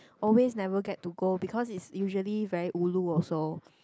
always never get to go because it's usually very ulu also